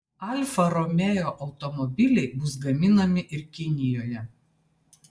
alfa romeo automobiliai bus gaminami ir kinijoje